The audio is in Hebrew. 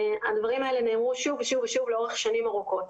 הדברים האלה נאמרו שוב ושוב לאורך שנים ארוכות.